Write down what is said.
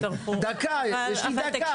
דקה, יש לי דקה.